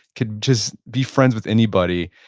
could just be friends with anybody.